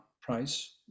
price